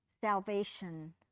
salvation